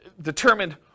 determined